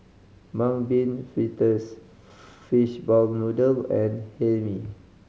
Mung Bean Fritters fishball noodle and Hae Mee